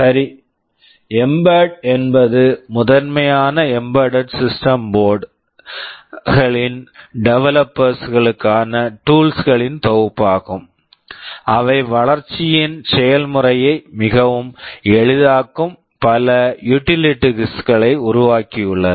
சரி Mbed mbed என்பது முதன்மையான embedded system board embedded system boards களின் டெவெலப்பர்ஸ் developers ளுக்கான டூல்ஸ் tools களின் தொகுப்பாகும் அவை வளர்ச்சியின் செயல்முறையை மிகவும் எளிதாக்கும் பல யுடிலிட்டிஸ் utilities களை உருவாக்கியுள்ளன